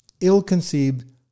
ill-conceived